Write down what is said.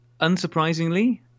Unsurprisingly